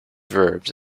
verbs